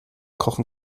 kochen